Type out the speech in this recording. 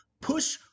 Push